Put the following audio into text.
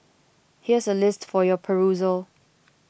here's a list for your perusal